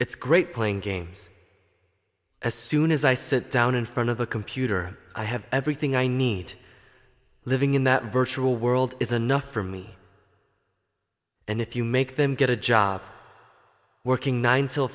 it's great playing games as soon as i sit down in front of a computer i have everything i need living in that virtual world is another for me and if you make them get a job working nine t